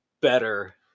better